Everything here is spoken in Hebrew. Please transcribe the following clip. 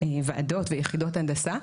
ועדות ויחידות הנדסה.